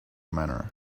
manner